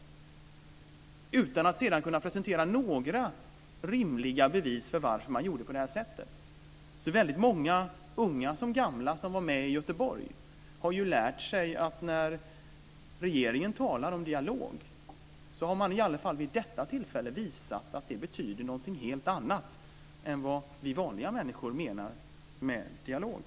Detta gjorde man utan att sedan kunna presentera några rimliga bevis för varför man gjorde på det här sättet. Väldigt många, unga som gamla, som var med i Göteborg har därför lärt sig att när regeringen talar om dialog så visade den i alla fall vid detta tillfälle att det betyder något helt annat än vad vi vanliga människor menar med det ordet.